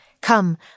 come